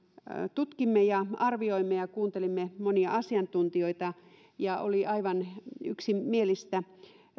tutkimme ja arvioimme ja ja kuuntelimme monia asiantuntijoita oli aivan yksimielistä